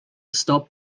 stop